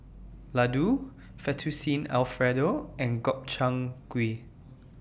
Ladoo Fettuccine Alfredo and Gobchang Gui